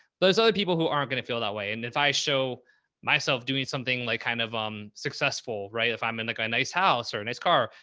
there's other people who aren't going to feel that way. and if i show myself doing something like, kind of i'm successful, right. if i'm in like a nice house or a nice car,